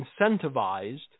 incentivized